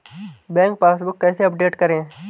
Bank passbook कैसे update करें?